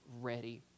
ready